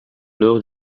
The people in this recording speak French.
nord